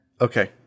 Okay